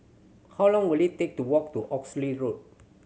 how long will it take to walk to Oxley Road